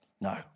no